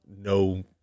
no